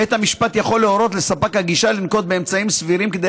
בית המשפט יכול להורות לספק הגישה לנקוט אמצעים סבירים כדי